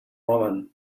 woman